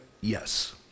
yes